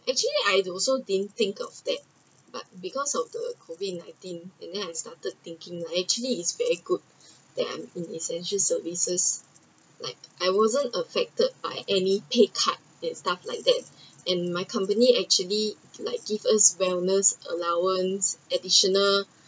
actually I also didn’t think of that but because of the COVID nineteen and then I started thinking I actually is very good that I’m in essential services like I wasn’t affected by any pay cut and stuff like that and my company actually like give us wellness allowance additional